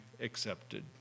accepted